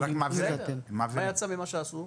אז מה יצא ממה שעשו?